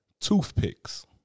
Toothpicks